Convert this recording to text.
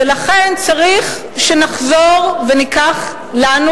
ולכן צריך שנחזור וניקח לנו,